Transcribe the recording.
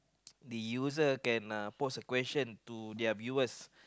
the user can uh post a question to their viewers